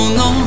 no